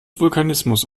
vulkanismus